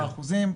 באחוזים.